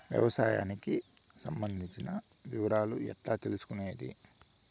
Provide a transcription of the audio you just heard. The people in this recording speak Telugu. వ్యవసాయానికి సంబంధించిన వివరాలు ఎట్లా తెలుసుకొనేది?